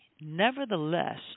nevertheless